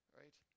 right